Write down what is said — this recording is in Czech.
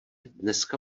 dneska